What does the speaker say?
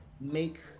make